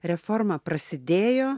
reforma prasidėjo